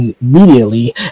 immediately